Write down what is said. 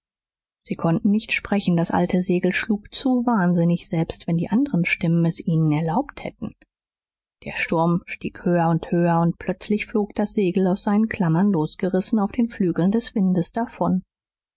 sie konnten nicht sprechen das alte segel schlug zu wahnsinnig selbst wenn die anderen stimmen es ihnen erlaubt hätten der sturm stieg höher und höher und plötzlich flog das segel aus seinen klammern losgerissen auf den flügeln des windes davon